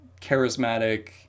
charismatic